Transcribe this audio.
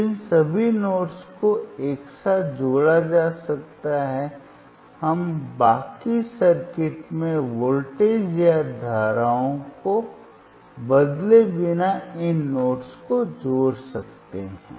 इन सभी नोड्स को एक साथ जोड़ा जा सकता है हम बाकी सर्किट में वोल्टेज या धाराओं को बदले बिना इन नोड्स को जोड़ सकते हैं